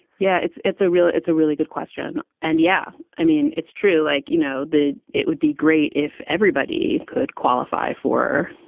yeah, it's it's a real it's a really good question. and. yeah. i mean, it's true, like, you know, the it would be great if everybody could qualify for,